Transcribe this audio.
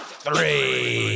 three